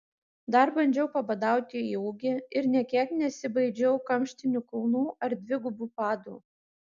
dar bandžiau pabadauti į ūgį ir nė kiek nesibaidžiau kamštinių kulnų ar dvigubų padų